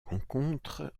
rencontre